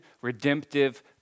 redemptive